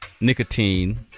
nicotine